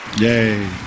Yay